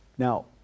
Now